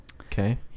Okay